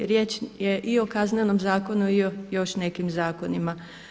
Riječ je i o Kaznenom zakonu i o još nekim zakonima.